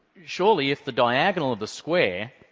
surely if the diagonal of the square